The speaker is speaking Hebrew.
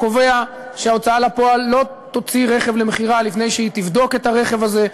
קובע שההוצאה לפועל לא תוציא רכב למכירה לפני שהיא תבדוק את הרכב הזה,